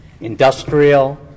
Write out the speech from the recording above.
industrial